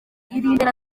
imbere